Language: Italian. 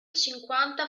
cinquanta